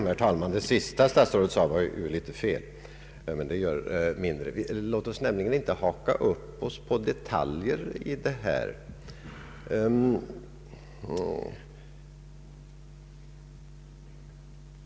Herr talman! Statsrådets sista yttrande var nog en smula felaktigt, men det gör mindre. Låt oss inte haka upp oss på detaljer i denna fråga!